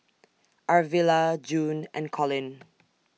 Arvilla June and Collin